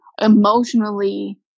emotionally